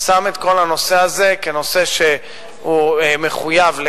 שם את כל הנושא הזה כנושא שהוא מחויב,